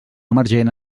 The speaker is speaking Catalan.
emergent